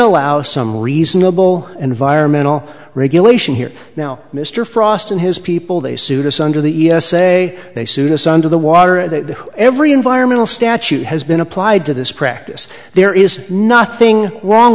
allow some reasonable environmental regulation here now mr frost and his people they sued us under the e s a they sued us under the water that every environmental statute has been applied to this practice there is nothing wrong